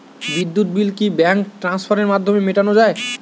বিদ্যুৎ বিল কি ব্যাঙ্ক ট্রান্সফারের মাধ্যমে মেটানো য়ায়?